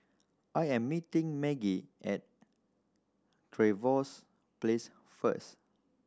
I am meeting Maggie at Trevose Place first